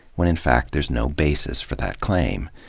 when in fact there's no basis for that claim.